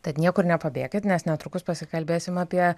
tad niekur nepabėkit nes netrukus pasikalbėsim apie